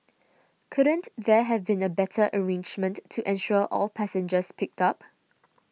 couldn't there have been a better arrangement to ensure all passengers picked up